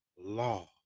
law